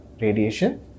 radiation